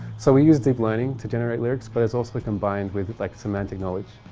so we use deep learning to generate lyrics but it's also combined with like semantic knowledge.